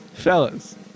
Fellas